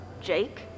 Jake